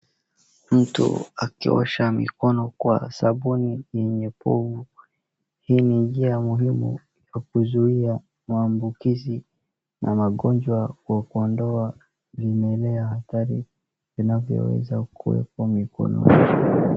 Mtu akiosha mikono kwa sabuni yenye povu. Hii ni njia muhimu ya kuzuia maambukizi na magonjwa kwa kuondoa vimelea hatari vinavyoweza kuwekwa mikonononi.